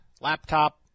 laptop